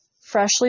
freshly